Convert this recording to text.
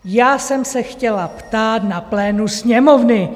Já jsem se chtěla ptát na plénu Sněmovny.